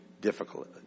difficult